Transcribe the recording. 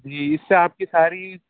جی اس سے آپ کی ساری